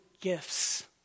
gifts